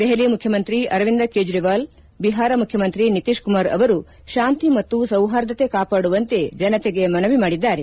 ದೆಹಲಿ ಮುಖ್ಯಮಂತ್ರಿ ಅರವಿಂದ್ ಕೇಜ್ರವಾಲ್ ಬಿಹಾರ ಮುಖ್ಯಮಂತ್ರಿ ನಿತೀಶ್ ಕುಮಾರ್ ಅವರು ಶಾಂತಿ ಮತ್ತು ಸೌಹಾರ್ದತೆ ಕಾಪಾಡುವಂತೆ ಮನವಿ ಮಾಡಿದ್ದಾರೆ